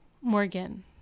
Morgan